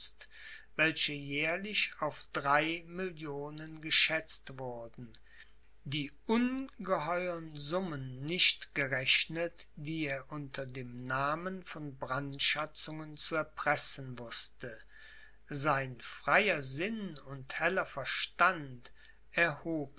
welche jährlich auf drei millionen geschätzt wurden die ungeheuern summen nicht gerechnet die er unter dem namen von brandschatzungen zu erpressen wußte sein freier sinn und heller verstand